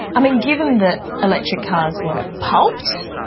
um and given that electric cars were pulped,